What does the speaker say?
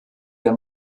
der